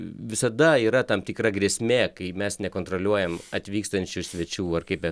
visada yra tam tikra grėsmė kai mes nekontroliuojam atvykstančių svečių ar kaip